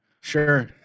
Sure